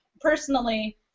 personally